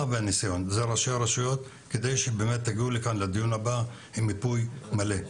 והניסיון כדי שתגיעו לדיון הבא עם מיפוי מלא.